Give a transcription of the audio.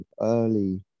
early